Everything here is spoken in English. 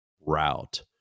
route